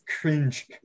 cringe